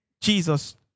Jesus